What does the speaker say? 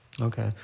Okay